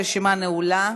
הרשימה נעולה.